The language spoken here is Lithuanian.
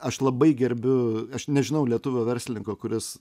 aš labai gerbiu aš nežinau lietuvio verslininko kuris